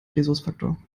rhesusfaktor